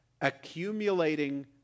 accumulating